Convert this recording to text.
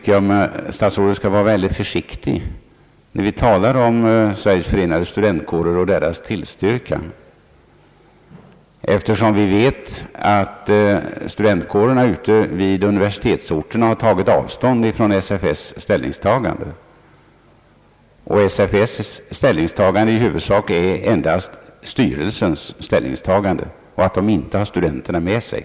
Herr statsrådet bör vara försiktig med att tala om Sveriges förenade studentkårer och dess tillstyrkande. Vi vet nämligen att studentkårerna ute vid universiteten tagit avstånd från SFS:s ställningstagande, som alltså egentligen endast är styrelsens, och att denna inte har studenterna med sig.